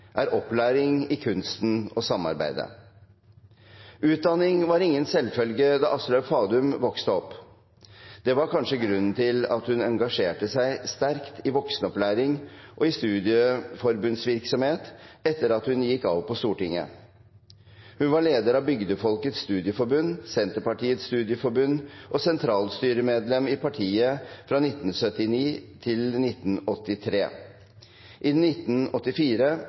er opplæring i kunsten å samarbeide. Utdanning var ingen selvfølge da Aslaug Fadum vokste opp. Det var kanskje grunnen til at hun engasjerte seg sterkt i voksenopplæring og i studieforbundsvirksomhet etter at hun gikk av på Stortinget. Hun var leder av Bygdefolkets Studieforbund, Senterpartiets Studieforbund og sentralstyremedlem i partiet